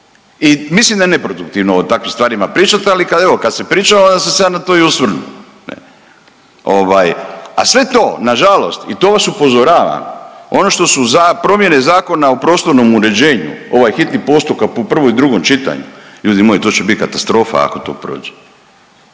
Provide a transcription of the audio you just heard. i mislim da je neproduktivno o takvim stvarima pričat, ali kad, evo kad se priča onda sam se ja na to i osvrnuo ne. Ovaj, a sve to nažalost i to vas upozoravam, ono što su promijene Zakona u prostornom uređenju, ovaj hitni postupak u prvom i drugom čitanju, ljudi moji to će bit katastrofa ako to prođe.